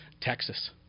Texas